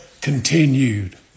continued